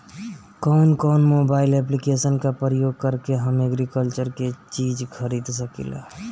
कउन कउन mobile application का प्रयोग करके हम एग्रीकल्चर के चिज खरीद सकिला?